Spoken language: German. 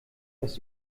das